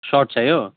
short चाहियो